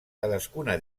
cadascuna